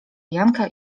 janka